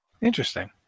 Interesting